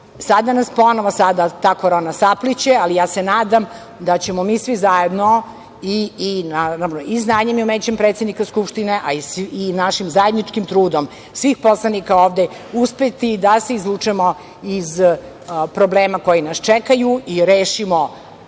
sada nas ponovo ta korona sapliće, ali se nadam da ćemo mi svi zajedno i znanjem i umećem predsednika Skupštine, a i našim zajedničkim trudom svih poslanika ovde, uspeti da se izvučemo iz problema koji nas čekaju i rešimo